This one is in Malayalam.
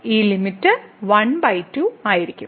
ഈ ലിമിറ്റ് ½ ആയിരിക്കും